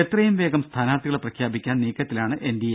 എത്രയും വേഗം സ്ഥാനാർത്ഥികളെ പ്രഖ്യാപിക്കാൻ നീക്കത്തിലാണ് എൻ ഡി എ